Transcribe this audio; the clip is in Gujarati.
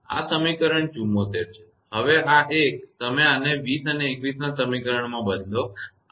આ સમીકરણ 74 છે હવે આ એક તમે આને 20 અને 21 ના સમીકરણમાં બદલો